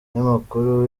umunyamakuru